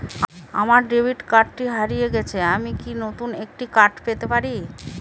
আমার ডেবিট কার্ডটি হারিয়ে গেছে আমি কি নতুন একটি কার্ড পেতে পারি?